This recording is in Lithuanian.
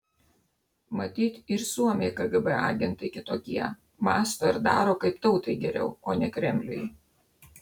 matyt ir suomiai kgb agentai kitokie mąsto ir daro kaip tautai geriau o ne kremliui